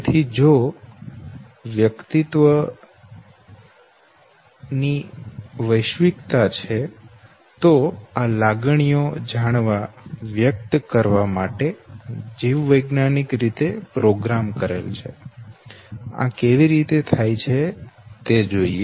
તેથી જો આ વ્યક્તિત્વ ની વૈશ્વિકતા છે તો આ લાગણીઓ જાણવા વ્યક્ત કરવા માટે જૈવિક રીતે પ્રોગ્રામ કરેલ છે આ કેવી રીતે થાય છે તે જોઈએ